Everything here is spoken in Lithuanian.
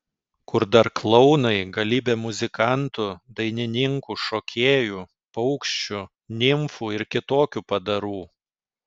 kur dar klounai galybė muzikantų dainininkų šokėjų paukščių nimfų ir kitokių padarų